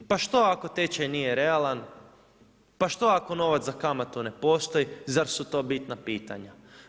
Pa što ako tečaj nije realan, pa što ako novac za kamatu ne postoji, zar su to bitna pitanja?